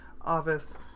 Office